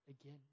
again